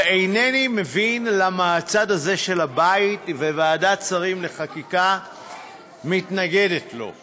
ואינני מבין למה הצד הזה של הבית וועדת השרים לחקיקה מתנגדים לו.